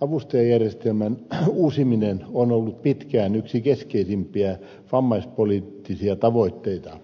avustajajärjestelmän uusiminen on ollut pitkään yksi keskeisimpiä vammaispoliittisia tavoitteita